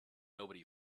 nobody